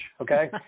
Okay